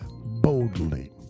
boldly